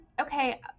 okay